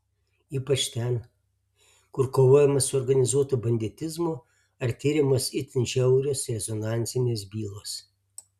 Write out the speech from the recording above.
ypač ten kur kovojama su organizuotu banditizmu ar tiriamos itin žiaurios rezonansinės bylos